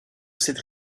cette